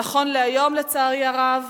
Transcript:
נכון להיום, לצערי הרב,